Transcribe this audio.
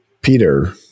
Peter